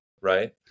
right